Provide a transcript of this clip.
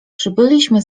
przybyliśmy